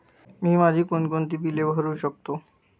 मी माझी कोणकोणती बिले भरू शकतो?